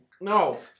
No